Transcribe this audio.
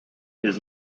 his